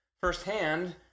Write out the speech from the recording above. firsthand